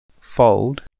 Fold